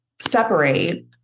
separate